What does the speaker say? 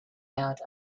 out